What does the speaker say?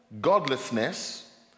godlessness